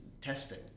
testing